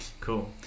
cool